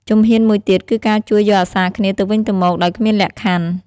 ជំហានមួយទៀតគឺការជួយយកអាសាគ្នាទៅវិញទៅមកដោយគ្មានលក្ខខណ្ឌ។